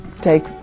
take